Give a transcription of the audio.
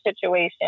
situation